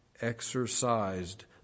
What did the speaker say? exercised